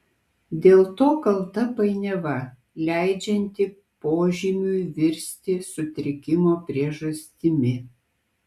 dėl to kalta painiava leidžianti požymiui virsti sutrikimo priežastimi